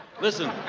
listen